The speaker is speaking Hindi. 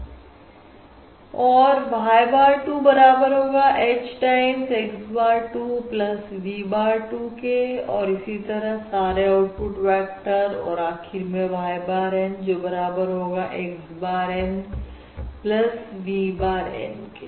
Y bar 2 बराबर होगा h time x bar 2 v bar 2 के और इसी तरह सारे आउटपुट वेक्टर और आखिर में y bar N बराबर होगा x bar N v bar N के